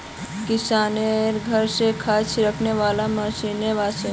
किशनेर घर स खाद छिड़कने वाला मशीन ने वोस